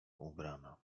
ubrana